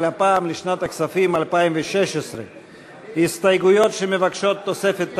אבל הפעם לשנת הכספים 2016. ההסתייגויות שמבקשות תוספת תקציב,